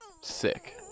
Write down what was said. Sick